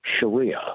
Sharia